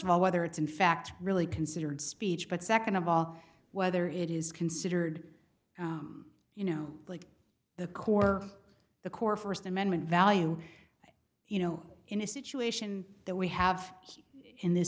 of all whether it's in fact really considered speech but second of all whether it is considered you know like the core of the core first amendment value you know in a situation that we have in this